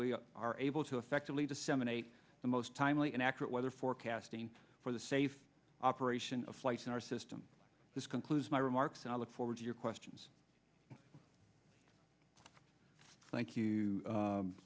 we are able to effectively disseminate the most timely and accurate weather forecasting for the safe operation of flights in our system this concludes my remarks and i look forward to your questions thank you